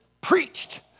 preached